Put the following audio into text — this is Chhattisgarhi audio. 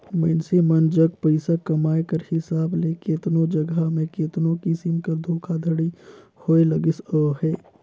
मइनसे मन जग पइसा कमाए कर हिसाब ले केतनो जगहा में केतनो किसिम कर धोखाघड़ी होए लगिस अहे